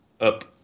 up